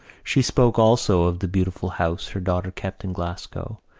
she spoke also of the beautiful house her daughter kept in glasgow,